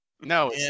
No